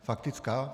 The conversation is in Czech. Faktická.